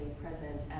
present